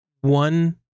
one